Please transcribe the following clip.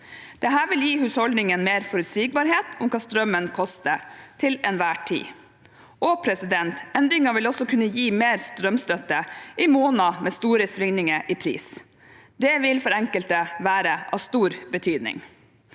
Dette vil gi husholdningene mer forutsigbarhet om hva strømmen koster til enhver tid. Endringen vil også kunne gi mer strømstøtte i måneder med store svingninger i pris. Det vil for enkelte være av stor betydning.